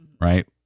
right